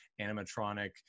animatronic